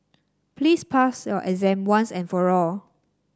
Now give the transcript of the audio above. please pass your exam once and for all